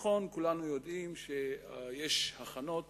כולם יודעים שיש הכנות